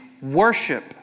worship